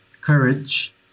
courage